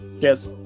Cheers